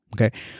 okay